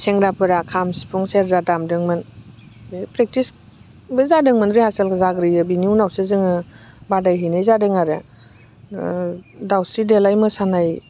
सेंग्राफोरा खाम सिफुं सेरजा दामदोंमोन बे प्रेकटिस बो जादोंमोन रिहासेलबो जाग्रोयो बिनि उनावसो जोङो बादायहैनाय जादों आरो दावस्रि देलाय मोसानाय